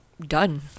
Done